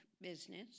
business